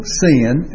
sin